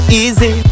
easy